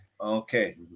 Okay